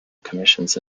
commissions